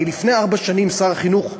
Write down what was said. הרי לפני ארבע שנים שר החינוך הקודם,